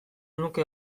nuke